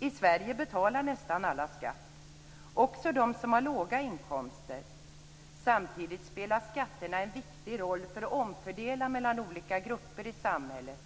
I Sverige betalar nästan alla skatt, också de som har låga inkomster. Samtidigt spelar skatterna en viktig roll för att omfördela mellan olika grupper i samhället.